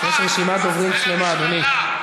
יש רשימת דוברים שלמה, אדוני.